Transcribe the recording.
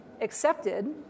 accepted